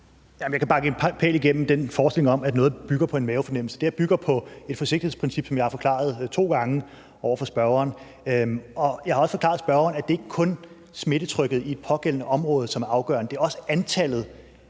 jeg kan banke en pæl igennem den forestilling om, at noget bygger på en mavefornemmelse. Det her bygger på et forsigtighedsprincip, som jeg har forklaret to gange over for spørgeren. Og jeg har også forklaret spørgeren, at det ikke kun er smittetrykket i det pågældende område, som er afgørende – det er også er antallet